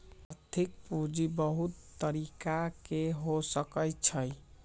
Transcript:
आर्थिक पूजी बहुत तरिका के हो सकइ छइ